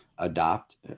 adopt